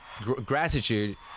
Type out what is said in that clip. gratitude